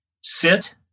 Sit